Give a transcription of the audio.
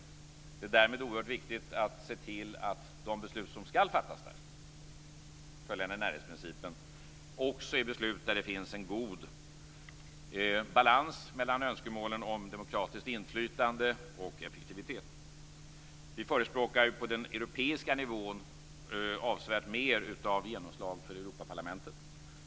Därmed är det oerhört viktigt att se till att de beslut som skall fattas där, följande närhetsprincipen, också är beslut där det finns en god balans mellan önskemålen om demokratiskt inflytande och effektivitet. På den europeiska nivån förespråkar vi avsevärt mer av genomslag för Europaparlamentet.